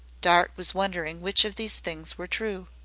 dart was wondering which of these things were true.